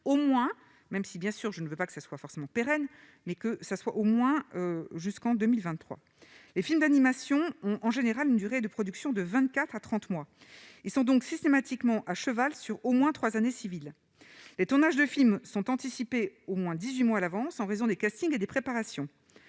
au moins même si, bien sûr, je ne veux pas que ce soit forcément pérenne mais que ça soit au moins jusqu'en 2023 et films d'animation ont en général une durée de production de 24 à 30 mois ils sont donc systématiquement à cheval sur au moins 3 années civiles les tournages de films sont anticipées au moins 18 mois à l'avance, en raison des castings et des préparations